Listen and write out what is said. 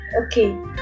Okay